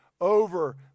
over